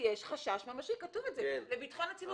כשיש חשש ממשי כתוב את זה לביטחון הציבור.